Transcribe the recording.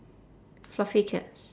fluffy cats